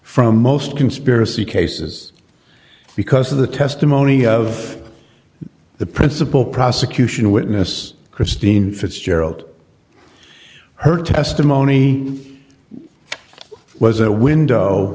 from most conspiracy cases because of the testimony of the principle prosecution witness christine fitzgerald her testimony was a window